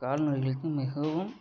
கால்நடைகளுக்கு மிகவும்